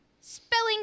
Spelling